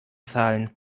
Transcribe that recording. zahlen